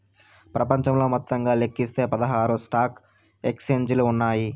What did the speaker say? ప్రపంచంలో మొత్తంగా లెక్కిస్తే పదహారు స్టాక్ ఎక్స్చేంజిలు ఉన్నాయి